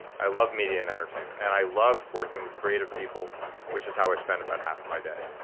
i love media and entertainment. and i love working with creative people which is how i spend about half my day.